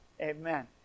Amen